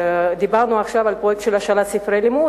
דיברנו עכשיו על פרויקט השאלת ספרי לימוד